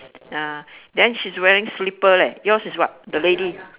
ah then she's wearing slipper leh yours is what the lady